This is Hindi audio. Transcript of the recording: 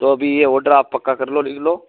तो अभी यह ऑडर आप पक्का कर लो लिख लो